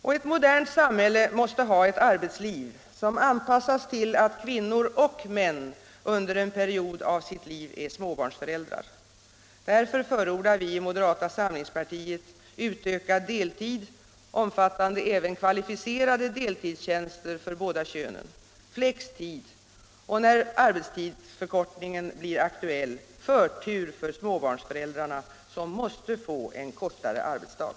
Och ett modernt samhälle måste ha ett arbetsliv som anpassas till att kvinnor och män under en period av sitt liv är småbarnsföräldrar. Därför förordar vi i moderata samlingspartiet utökad deltid omfattande även kvalificerade deltidstjänster för båda könen, flextid och, när arbetstidsförkortning blir aktuell, förtur för småbarnsföräldrarna, som måste få en kortare arbetsdag.